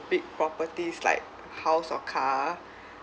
big properties like house or car